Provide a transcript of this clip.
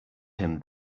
him